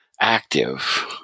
active